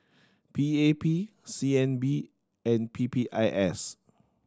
P A P C N B and P P I S